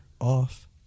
off